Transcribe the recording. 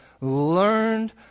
learned